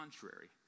contrary